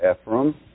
Ephraim